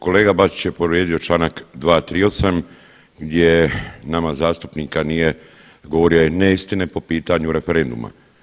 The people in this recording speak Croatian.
Kolega Bačić je povrijedio Članak 238. gdje nama zastupnika nije govoria je neistine po pitanju referenduma.